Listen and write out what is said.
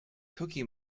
cookie